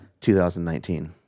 2019